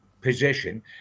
position